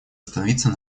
остановиться